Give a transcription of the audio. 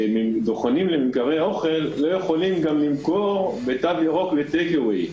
שדוכנים לממכר אוכל לא יכולים למכור בתו ירוק ל-Take away.